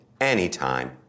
anytime